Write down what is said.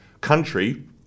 country